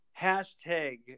Hashtag